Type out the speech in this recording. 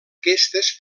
aquestes